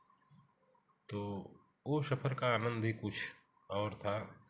तो वह सफर का आनंद ही कुछ और था